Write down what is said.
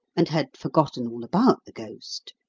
and had forgotten all about the ghost,